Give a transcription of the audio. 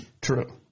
True